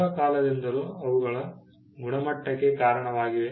ಬಹಳ ಕಾಲದಿಂದಲೂ ಅವುಗಳು ಗುಣಮಟ್ಟಕ್ಕೆ ಕಾರಣವಾಗಿವೆ